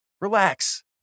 Relax